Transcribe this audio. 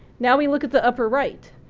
now we look at the upper right,